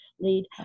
lead